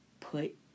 put